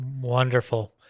Wonderful